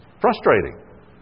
frustrating